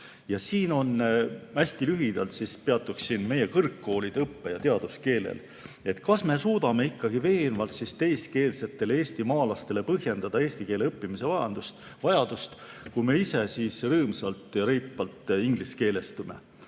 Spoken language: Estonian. Siin hästi lühidalt peatuksin meie kõrgkoolide õppe- ja teaduskeelel. Kas me suudame ikkagi veenvalt teiskeelsetele eestimaalastele põhjendada eesti keele õppimise vajadust, kui me ise rõõmsalt ja reipalt ingliskeelestume.